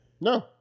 No